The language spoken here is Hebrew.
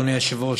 אדוני היושב-ראש,